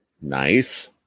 Nice